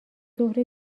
ظهر